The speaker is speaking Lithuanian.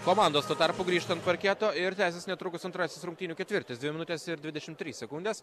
komandos tuo tarpu grįžta ant parketo ir tęsis netrukus antrasis rungtynių ketvirtis dvi minutės ir dvidešimt trys sekundės